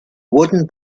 wooden